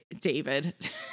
David